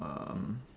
um